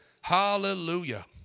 Hallelujah